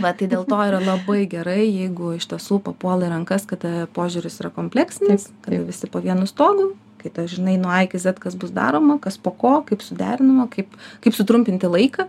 vat tai dėl to yra labai gerai jeigu iš tiesų papuola į rankas kada požiūris yra kompleksinis kai visi po vienu stogu kai tu žinai nuo a iki z kas bus daroma kas po ko kaip suderinama kaip kaip sutrumpinti laiką